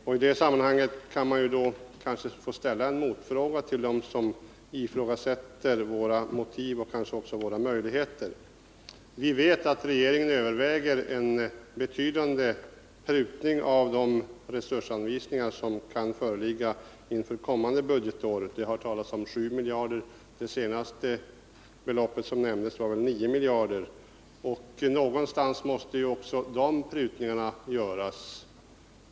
I det sammanhanget kan jag kanske få ställa en motfråga till dem som ifrågasätter våra motiv och kanske också våra möjligheter. Vi vet att regeringen överväger betydande prutningar av de resursanvisningar som kan föreligga inför kommande budgetår. Det har talats om 7 miljarder, och det belopp som nämndes senast var 9 miljarder. Någonstans måste också de prutningarna göras.